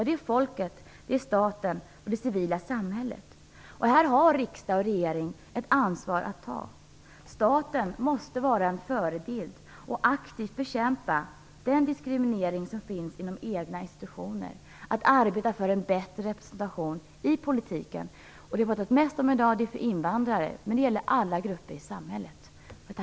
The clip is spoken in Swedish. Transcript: Det är folket, staten och det civila samhället. Här har riksdag och regering ett ansvar att ta. Staten måste vara en förebild. Den skall aktivt bekämpa den diskriminering som finns inom de egna institutionerna och arbeta för en bättre representation i politiken av såväl invandrare, som vi i dag har pratat mest om, som alla grupper i samhället.